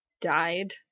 died